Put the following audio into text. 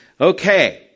Okay